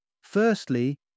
Firstly